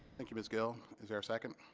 thank you ms. gill is there a second?